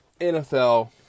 NFL